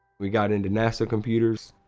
we got into nasa computers,